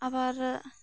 ᱟᱵᱟᱨ